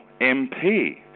MP